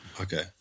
Okay